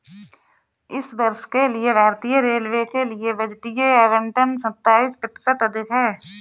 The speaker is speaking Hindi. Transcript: इस वर्ष के लिए भारतीय रेलवे के लिए बजटीय आवंटन सत्ताईस प्रतिशत अधिक है